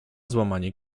złamanie